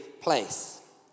place